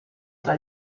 tra